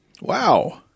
Wow